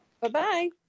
Bye-bye